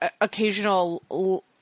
occasional